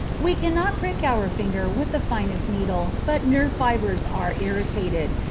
we cannot prick our finger with the finest needle but nerve, fibres are irritated,